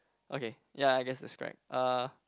okay ya I guess it's correct uh